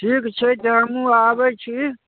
ठीक छै तऽ हमहूँ आबै छी